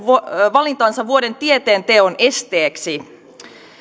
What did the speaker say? valintansa vuoden tieteenteon esteeksi